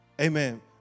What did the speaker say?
Amen